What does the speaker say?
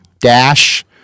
dash